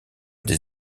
des